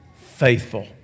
faithful